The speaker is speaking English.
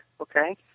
okay